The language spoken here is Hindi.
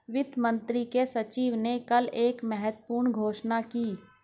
वित्त मंत्री के सचिव ने कल एक महत्वपूर्ण घोषणा की